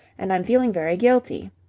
and i'm feeling very guilty.